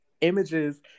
images